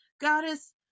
goddess